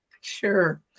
Sure